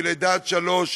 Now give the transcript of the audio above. מלידה עד שלוש,